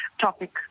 topic